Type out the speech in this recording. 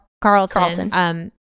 Carlton